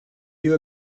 you